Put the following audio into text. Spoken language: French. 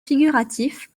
figuratif